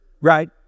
Right